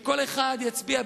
שכל אחד יצביע,